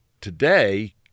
today